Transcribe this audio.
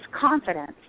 confidence